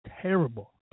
terrible